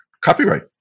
copyright